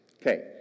Okay